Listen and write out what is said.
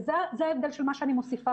וזה ההבדל של מה שאני מוסיפה פה.